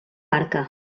barca